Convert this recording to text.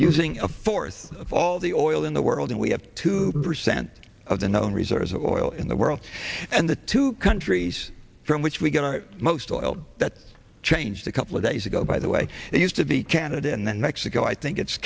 using a fourth of all the oil in the world and we have two percent of the known reserves of oil in the world and the two countries from which we get most oil that changed a couple of days ago by the way it used to be canada and then mexico i think it's